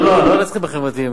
לא, לא לצרכים החברתיים.